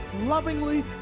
lovingly